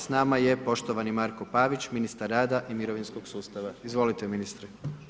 S nama je poštovani Marko Pavić, ministar rada i mirovinskog sustava, izvolite ministre.